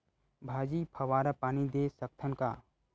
भाजी फवारा पानी दे सकथन का?